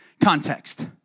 context